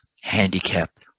handicapped